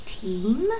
team